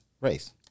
race